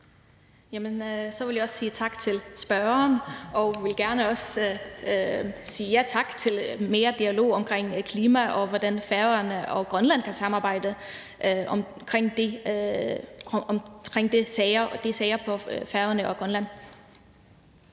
Så vil jeg også sige tak til spørgeren, og jeg vil også gerne sige ja tak til mere dialog om klimaet og om, hvordan Færøerne og Grønland kan samarbejde om de sager på Færøerne og i Grønland.